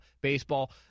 baseball